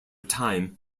time